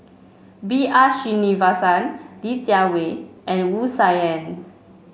B R Sreenivasan Li Jiawei and Wu Tsai Yen